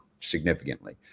significantly